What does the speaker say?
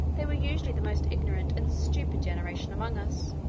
they were usually the most ignorant and stupid generation among us,